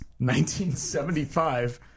1975